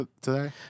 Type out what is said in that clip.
today